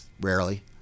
rarely